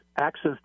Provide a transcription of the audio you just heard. access